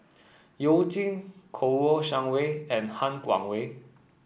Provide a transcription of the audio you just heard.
You Jin Kouo Shang Wei and Han Guangwei